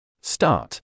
Start